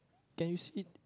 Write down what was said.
can you see it